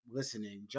listening